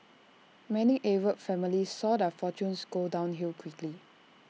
many Arab families saw their fortunes go downhill quickly